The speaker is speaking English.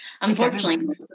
unfortunately